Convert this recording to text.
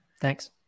Thanks